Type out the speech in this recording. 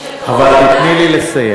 אבל תיתני לי לסיים.